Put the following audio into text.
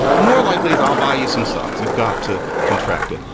more likely is i'll buy you some socks. you've got to contract it.